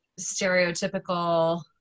stereotypical